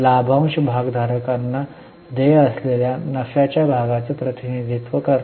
लाभांश भागधारकांना देय असलेल्या नफ्याच्या भागाचे प्रतिनिधित्व करते